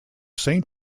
saint